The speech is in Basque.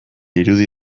irudi